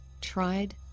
tried